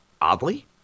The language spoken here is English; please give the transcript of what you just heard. oddly